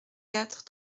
quatre